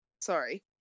Sorry